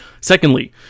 Secondly